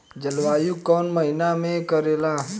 जलवायु कौन महीना में करेला?